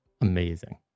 Amazing